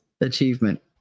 achievement